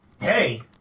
hey